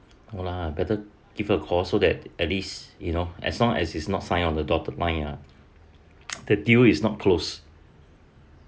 no lah better give a call so that at least you know as long as he's not sign on the dotted line ah the deal is not closed